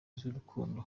z’urukundo